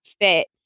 fit